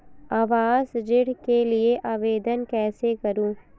आवास ऋण के लिए आवेदन कैसे करुँ?